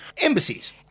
Embassies